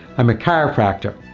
um a chiropractor,